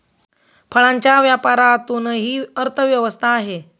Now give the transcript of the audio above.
फळांच्या व्यापारातूनही अर्थव्यवस्था आहे